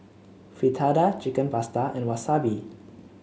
Fritada Chicken Pasta and Wasabi